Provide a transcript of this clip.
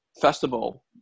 festival